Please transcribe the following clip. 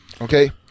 Okay